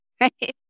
right